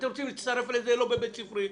אם אתם רוצים להצטרף לזה אז לא בבית ספרי.